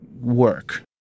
work